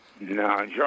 No